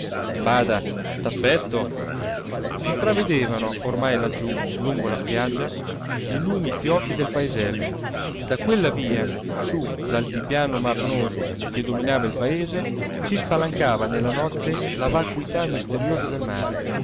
bada t'aspetto s'intravedevano ormai laggiù lungo la spiaggia i lumi fiochi del paesello da quella via su l'altipiano marnoso che dominava il paese si spalancava nella notte la vacuità misteriosa del mare